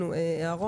מי נמנע?